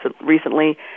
recently